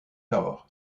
nord